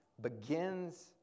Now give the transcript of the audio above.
begins